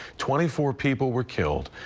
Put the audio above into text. twenty four people were killed.